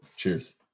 Cheers